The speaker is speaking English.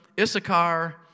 Issachar